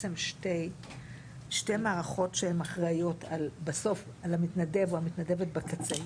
בעצם שתי מערכות שהן אחריות בסוף על המתנדב או המתנדבת בקצה.